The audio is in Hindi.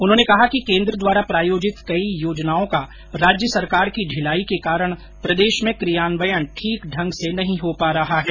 उन्होंने कहा कि केन्द्र द्वारा प्रायोजित कई योजनाओं का राज्य सरकार की ढिलाई के कारण प्रदेश में कियान्वयन ठीक ढंग से नहीं हो पा रहा है